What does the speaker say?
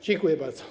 Dziękuję bardzo.